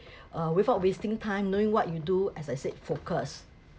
uh without wasting time knowing what you do as I said focus